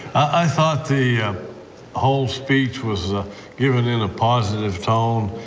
i thought the whole speech was ah given in a positive tone.